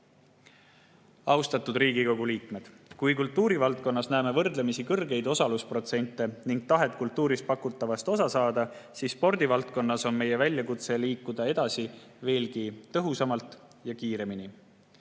Austatud Riigikogu liikmed! Kultuurivaldkonnas näeme võrdlemisi suurt osalusprotsenti ning tahet kultuuris pakutavast osa saada, kuid spordivaldkonnas on meie väljakutse liikuda edasi veelgi tõhusamalt ja kiiremini.